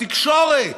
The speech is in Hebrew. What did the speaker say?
בתקשורת,